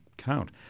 count